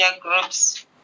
groups